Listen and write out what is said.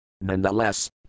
Nonetheless